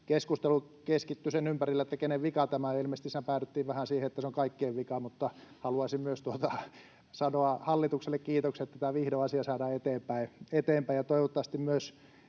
keskustelu keskittyi sen ympärille, kenen vika tämä on, ja ilmeisesti siinä päädyttiin vähän siihen, että se on kaikkien vika. Mutta haluaisin myös sanoa hallitukselle kiitokset. Pitää vihdoin asia saadaan eteenpäin,